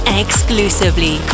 exclusively